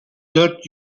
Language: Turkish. dört